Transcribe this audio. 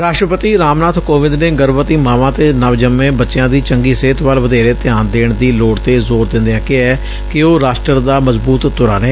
ਰਾਸਟਰਪਤੀ ਰਾਮ ਨਾਥ ਕੋਵਿੰਦ ਨੇ ਗਰਭਵਤੀ ਮਾਵਾਂ ਅਤੇ ਨਵਜੰਮੇ ਬੱਚਿਆਂ ਦੀ ਚੰਗੀ ਸਿਹਤ ਵੱਲ ਵਧੇਰੇ ਧਿਆਨ ਦੇਣ ਦੀ ਲੋੜ ਤੇ ਜ਼ੋਰ ਦਿੰਦਿਆਂ ਕਿਹੈ ਕਿ ਉਹ ਰਾਸ਼ਟਰ ਦਾ ਮਜ਼ਬੂਤ ਧੁਰਾ ਨੇ